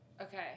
Okay